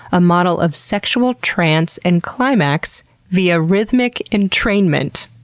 a model of sexual trance and climax via rhythmic entrainment.